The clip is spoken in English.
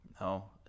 No